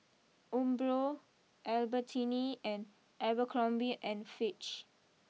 Umbro Albertini and Abercrombie and Fitch